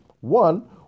one